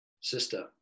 sister